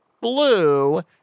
blue